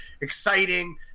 Exciting